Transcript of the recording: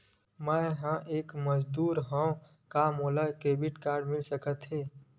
मैं ह एक मजदूर हंव त का मोला क्रेडिट मिल सकथे?